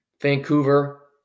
Vancouver